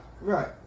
Right